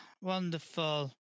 wonderful